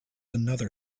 another